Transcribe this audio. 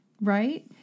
right